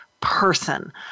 person